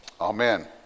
Amen